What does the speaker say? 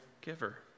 giver